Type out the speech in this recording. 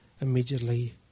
Immediately